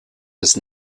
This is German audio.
des